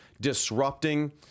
disrupting –